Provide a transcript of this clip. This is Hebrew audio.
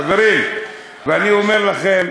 חברים, אני אומר לכם,